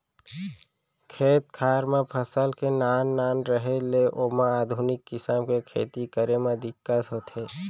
खेत खार म फसल के नान नान रहें ले ओमा आधुनिक किसम के खेती करे म दिक्कत होथे